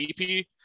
ep